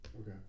Okay